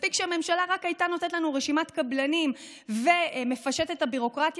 מספיק שהממשלה רק הייתה נותנת לנו רשימת קבלנים ומפשטת את הביורוקרטיה,